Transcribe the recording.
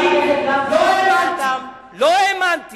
אני לא האמנתי